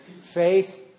faith